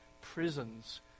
prisons